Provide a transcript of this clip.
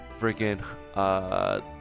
Freaking